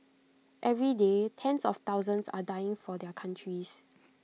every day tens of thousands are dying for their countries